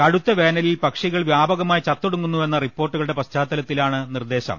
കടുത്ത വേനലിൽ പക്ഷികൾ വ്യാപകമാ യി ചത്തൊടുങ്ങുന്നുവെന്ന റിപ്പോർട്ടുകളുടെ പശ്ചാത്തലത്തിലാണ് നിർദേശം